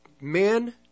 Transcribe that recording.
men